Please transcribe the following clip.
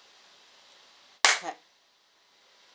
clap